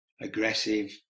aggressive